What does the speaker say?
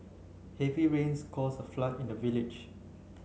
heavy rains cause a flood in the village